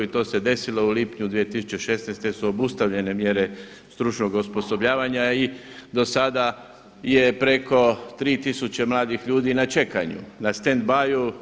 I to se desilo u lipnju 2016. jer su obustavljene mjere stručnog osposobljavanja i do sada je preko tri tisuće mladih ljudi na čekanju, na stand byu.